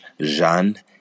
Jean